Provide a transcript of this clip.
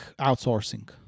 outsourcing